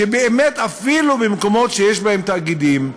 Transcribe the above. שאפילו במקומות שיש בהם תאגידים,